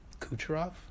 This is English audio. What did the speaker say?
Kucherov